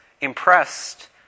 impressed